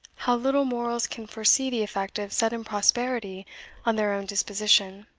how little mortals can foresee the effect of sudden prosperity on their own disposition.